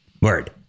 Word